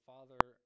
Father